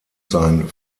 sein